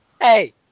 Hey